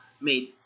made